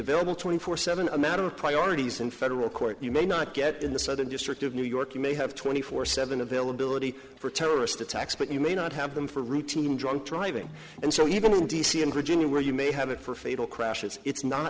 available twenty four seven a matter of priorities in federal court you may not get in the southern district of new york you may have twenty four seven availability for terrorist attacks but you may not have them for routine drunk driving and so even in d c and virginia where you may have it for fatal crashes it's not